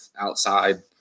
outside